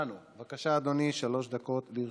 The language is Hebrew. בבקשה, אדוני, שלוש דקות לרשותך.